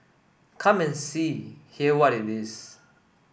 come and see hear what it is